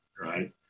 right